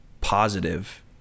positive